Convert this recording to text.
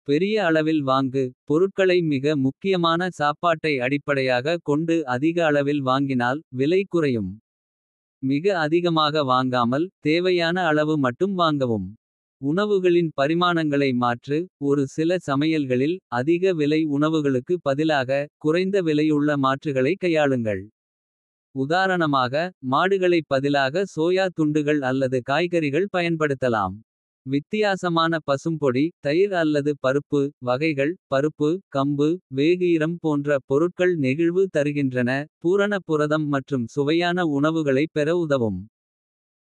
பெரிய அளவில் வாங்கு பொருட்களை மிக. முக்கியமான சாப்பாட்டை அடிப்படையாக கொண்டு. அதிக அளவில் வாங்கினால் விலை குறையும் மிக அதிகமாக. வாங்காமல் தேவையான அளவு மட்டும் வாங்கவும். உணவுகளின் பரிமாணங்களை மாற்று. ஒரு சில சமையல்களில் அதிக விலை உணவுகளுக்கு. பதிலாக குறைந்த விலையுள்ள மாற்றுகளைக் கையாளுங்கள். உதாரணமாக மாடுகளைப் பதிலாக சோயா துண்டுகள். அல்லது காய்கறிகள் பயன்படுத்தலாம். வித்தியாசமான பசும்பொடி தயிர் அல்லது பருப்பு வகைகள். பருப்பு கம்பு வேகுயிரம் போன்ற பொருட்கள் நெகிழ்வு தருகின்றன. பூரண புரதம் மற்றும் சுவையான உணவுகளைப் பெற உதவும்.